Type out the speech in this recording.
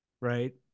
right